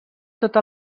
tota